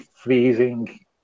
freezing